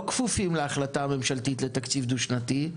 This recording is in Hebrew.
כפופים להחלטה הממשלתית לתקציב דו שנתי,